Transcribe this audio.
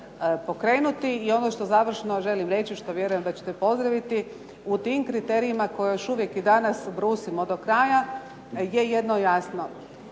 pokrenuti. I ono što završno želim reći, što vjerujem da ćete pozdraviti, u tim kriterijima koje još uvijek i danas brusimo do kraja, je jedno jasno.